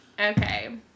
okay